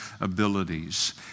abilities